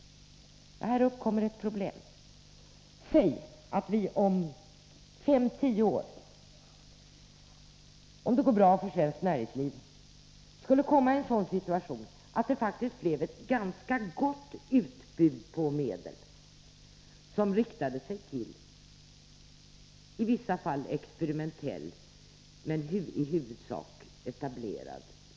Här uppkommer ett problem. Låt oss anta att vi om fem tio år — om det går bra för svenskt näringsliv — skulle komma i en sådan situation att det faktiskt blev ett ganska stort utbud av medel till i vissa fall experimentell men i huvudsak etablerad kultur.